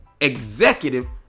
executive